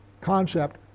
concept